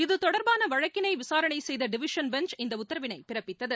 இதுதொடர்பானவழக்கினைவிசாரணைசெய்தடிவிஷன் bench இந்தஉத்தரவினைபிறப்பித்தது